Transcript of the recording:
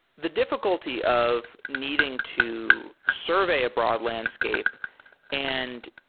the difficulty of needing to survey a broad landscape and